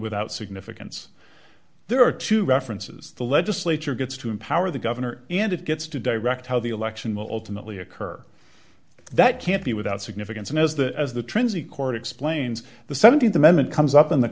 without significance there are two references the legislature gets to empower the governor and it gets to direct how the election will ultimately occur that can't be without significance and as the as the transit court explains the th amendment comes up in the